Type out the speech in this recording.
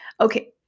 Okay